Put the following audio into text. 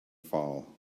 fall